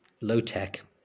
low-tech